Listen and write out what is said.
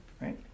Right